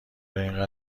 اینقدر